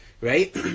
right